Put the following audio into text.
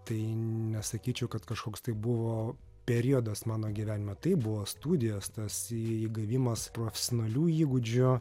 tai nesakyčiau kad kažkoks tai buvo periodas mano gyvenime taip buvo studijos tas įgavimas profesionalių įgūdžių